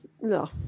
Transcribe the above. No